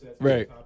right